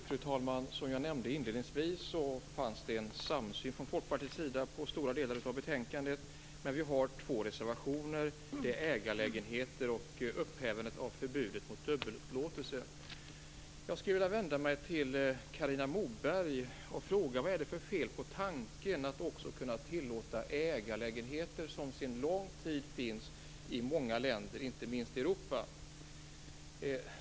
Fru talman! Som jag nämnde inledningsvis finns det i stora delar en samsyn mellan Folkpartiet och utskottsmajoriteten i fråga om betänkandet, men vi har två reservationer. Det gäller ägarlägenheter och upphävandet av förbudet mot dubbelupplåtelse. Jag skulle vilja fråga Carina Moberg: Vad är det för fel på tanken att tillåta också ägarlägenheter, som sedan lång tid finns i många länder, inte minst i Europa?